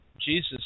Jesus